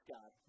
God